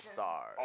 Stars